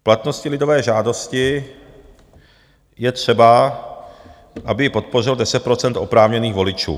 K platnosti lidové žádosti je třeba, aby ji podpořilo 10 % oprávněných voličů.